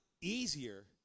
easier